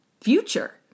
future